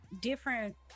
different